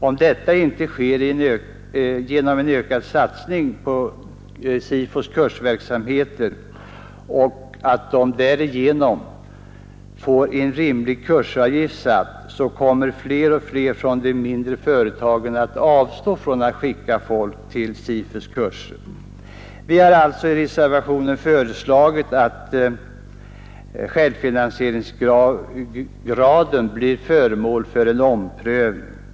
Om det inte sker en ökad satsning på SIFU:s kursverksamheter, så att kursavgiften kan sättas till ett rimligt belopp, kommer fler och fler av de mindre företagen att avstå från att skicka folk till SIFU:s kurser. Vi har alltså i reservationen föreslagit att självfinansieringsgraden blir föremål för en omprövning.